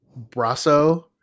Brasso